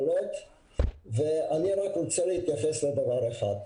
אני רוצה להתייחס לדבר אחד.